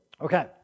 Okay